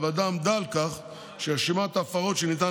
הוועדה עמדה על כך שרשימת ההפרות שניתן